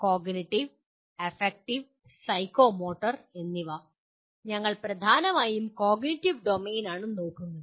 cognitive affective psychomotor എന്നിവ ഞങ്ങൾ പ്രധാനമായും കോഗ്നിറ്റീവ് ഡൊമെയ്നാണ് നോക്കുന്നത്